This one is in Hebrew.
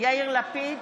יאיר לפיד,